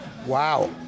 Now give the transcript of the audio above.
wow